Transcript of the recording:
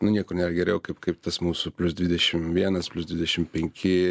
nu niekur nėra geriau kaip kaip tas mūsų plius dvidešim vienas plius dvidešim penki